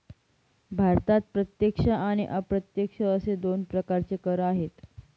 भारतात प्रत्यक्ष आणि अप्रत्यक्ष असे दोन प्रकारचे कर आहेत